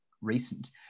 recent